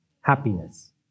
Happiness